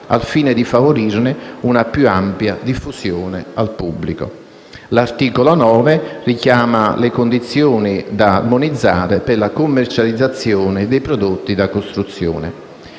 al fine di favorirne una più ampia diffusione al pubblico. L'articolo 9 richiama le condizioni da armonizzare per la commercializzazione dei prodotti da costruzione.